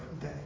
day